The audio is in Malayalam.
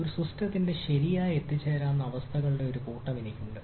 ഒരു സിസ്റ്റത്തിന്റെ ശരിയായ എത്തിച്ചേരാവുന്ന അവസ്ഥകളുടെ ഒരു കൂട്ടം എനിക്ക് ഉണ്ട്